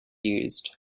used